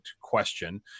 question